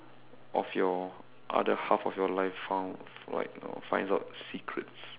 of your other half of your life found like you know finds out secrets